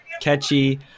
catchy